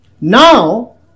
Now